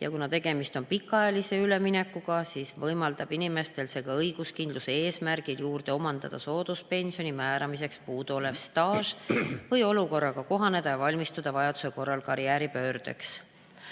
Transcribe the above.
ja kuna tegemist on pikaajalise üleminekuga, siis võimaldab see inimestel õiguskindluse eesmärgil juurde omandada sooduspensioni määramiseks puuduolev staaž või olukorraga kohaneda ja valmistuda vajaduse korral karjääripöördeks.